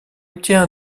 obtient